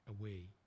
away